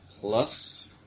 Plus